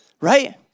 right